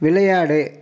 விளையாடு